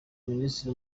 minisitiri